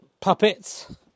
puppets